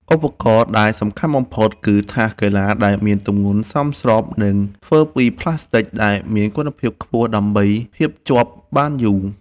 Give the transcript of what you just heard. ឧបករណ៍ដែលសំខាន់បំផុត គឺថាសកីឡាដែលមានទម្ងន់សមស្រប និងធ្វើពីផ្លាស្ទិកដែលមានគុណភាពខ្ពស់ដើម្បីភាពជាប់បានយូរ។